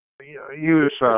Use